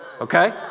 okay